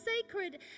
sacred